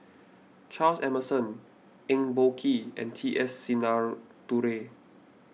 Charles Emmerson Eng Boh Kee and T S Sinnathuray